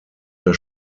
das